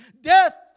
Death